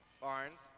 Barnes